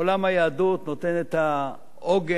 עולם היהדות נותן את העוגן,